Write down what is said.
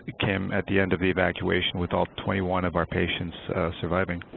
came at the end of the evacuation with all twenty one of our patients surviving.